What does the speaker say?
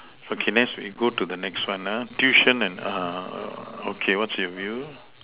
okay next we go to the next one lah tuition and okay what's with you